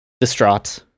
distraught